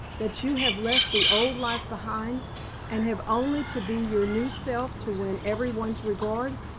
that you have left the old life behind and have only to be your new self to win everyone's regard?